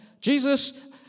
Jesus